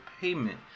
payment